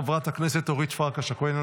חברת הכנסת אורית פרקש הכהן,